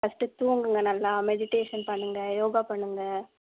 first தூங்குங்கள் நல்லா meditation பண்ணுங்கள் யோகா பண்ணுங்கள்